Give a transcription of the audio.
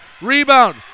Rebound